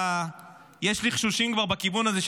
כבר יש לחשושים בכיוון הזה,